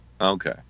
Okay